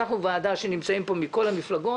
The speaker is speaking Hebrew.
אנחנו ועדה שנמצאים בה מכל המפלגות.